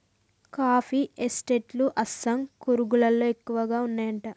coffee estate లు అస్సాం, కూర్గ్ లలో ఎక్కువ వున్నాయట